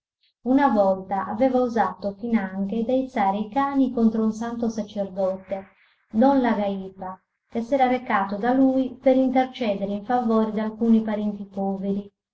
una volta aveva osato finanche d'aizzare i cani contro un santo sacerdote don lagàipa che s'era recato da lui per intercedere in favore d'alcuni parenti poveri